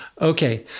Okay